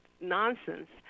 nonsense